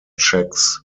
checks